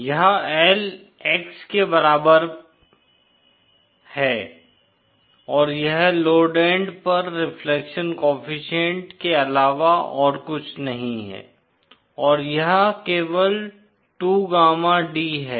यह L X के बराबर पर है और यह लोड एंड पर रिफ्लेक्शन कोएफ़िशिएंट के अलावा और कुछ नहीं है और यह केवल 2 गामा d है